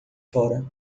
fora